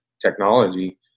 technology